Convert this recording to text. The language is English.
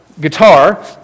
guitar